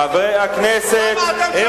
חברי הכנסת, למה אתם שותקים?